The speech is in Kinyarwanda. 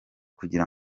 kugira